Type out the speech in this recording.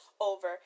over